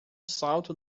salto